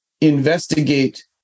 investigate